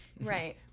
Right